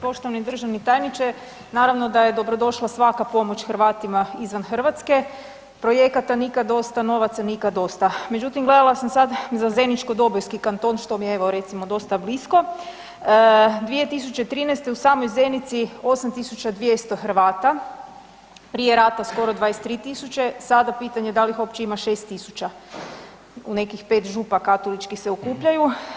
Poštovani državni tajniče, naravno da je dobrodošla svaka pomoć Hrvatima izvan Hrvatske, projekata nikad dosta, novaca nikad dosta međutim gledala sam sad za zeničko-dobojski kanton što mi je evo recimo dosta blisko, 2013. u samoj Zenici 8200 Hrvata, prije rata skoro 23 000, sada pitanje da li ih uopće ima 6 000, u nekih 5 župa katoličkih se okupljaju.